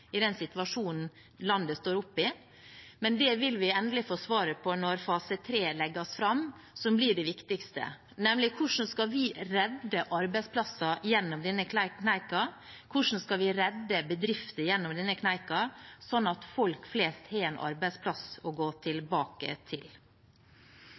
i den situasjonen landet står oppe i, men det vil vi endelig få svar på når fase 3 legges fram, som blir det viktigste, nemlig: Hvordan skal vi redde arbeidsplasser over denne kneika, hvordan skal vi redde bedrifter over denne kneika, sånn at folk flest har en arbeidsplass å gå tilbake til?